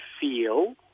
feel